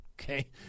Okay